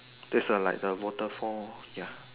there's a like the waterfall ya